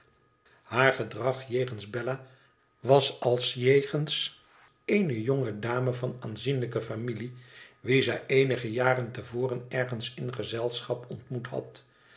haar gedrag jegens bella was als jegens eene jonge dame van aanzienlijke familie wie zij eenige jaren te voren ergens in gezelschap ontmoet had